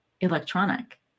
electronic